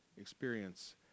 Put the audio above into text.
experience